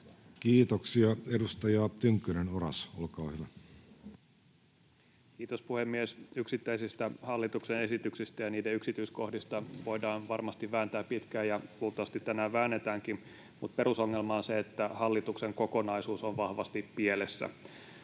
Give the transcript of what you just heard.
muuttamisesta Time: 14:41 Content: Kiitos, puhemies! Yksittäisistä hallituksen esityksistä ja niiden yksityiskohdista voidaan varmasti vääntää pitkään ja luultavasti tänään väännetäänkin, mutta perusongelma on se, että hallituksen kokonaisuus on vahvasti pielessä.